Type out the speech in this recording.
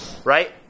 Right